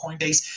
Coinbase